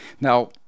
Now